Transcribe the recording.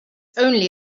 only